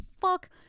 fuck